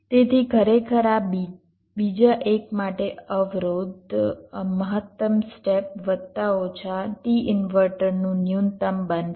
તેથી ખરેખર આ બીજા એક માટે અવરોધ મહત્તમ સ્ટેપ વત્તા ઓછા t ઇન્વર્ટરનું ન્યૂનતમ બનશે